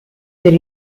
per